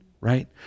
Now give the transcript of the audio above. right